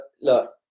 look